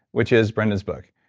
which is brendon's book.